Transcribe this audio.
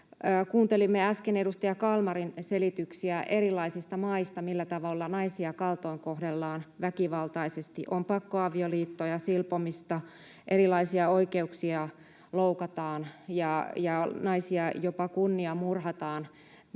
Kuuntelimme äsken edustaja Kalmarin selityksiä erilaisista maista, millä tavalla naisia kaltoinkohdellaan väkivaltaisesti. On pakkoavioliittoja, silpomista, erilaisia oikeuksia loukataan ja naisia jopa kunniamurhataan